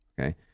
Okay